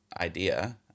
idea